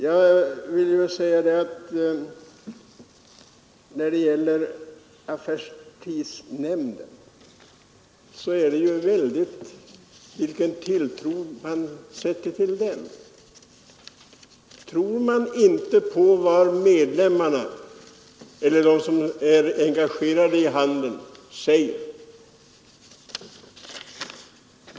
Det är verkligen förvånansvärt vilken tilltro man sätter till affärstidsnämnden. Tror man inte på vad medlemmarna eller vad de som är engagerade i handeln säger?